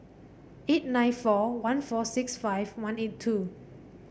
eight nine four one four six five one eight two